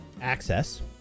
access